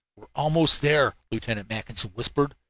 are almost there, lieutenant mackinson whispered,